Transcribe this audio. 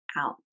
out